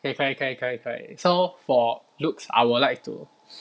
可以可以可以可以 so for looks I would like to